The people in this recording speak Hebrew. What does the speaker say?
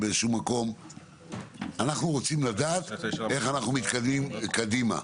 אנחנו רוצים לדעת איך אנחנו מתקדמים קדימה.